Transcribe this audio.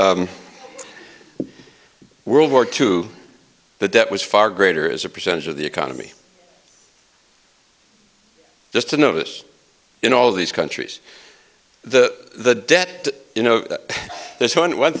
a world war two the debt was far greater as a percentage of the economy just to notice in all these countries the debt you know there's one